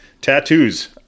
tattoos